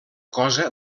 cosa